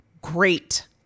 great